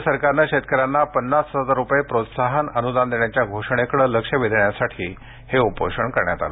राज्य सरकारने शेतकऱ्यांना पन्नास हजार रुपये प्रोत्साहन अनुदान देण्याच्या घोषणेकडे लक्ष वेधण्यासाठी हे उपोषण करण्यात आलं